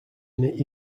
unit